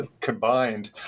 combined